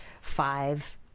five